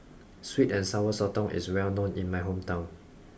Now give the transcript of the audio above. sweet and sour Sotong is well known in my hometown